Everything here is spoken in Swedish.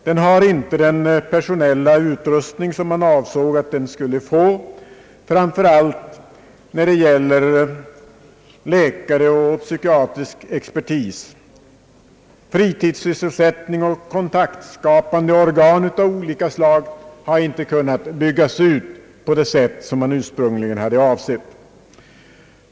Den har inte den personella utrustning som man avsåg att den skulle få, framför allt när det gäller läkare och psykiatrisk expertis. Fritidssysselsättning och kontaktskapande organ av skilda slag har inte kunnat byggas ut på det sätt som man ursprungligen hade avsett.